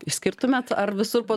išskirtumėt ar visur po